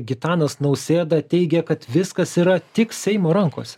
gitanas nausėda teigia kad viskas yra tik seimo rankose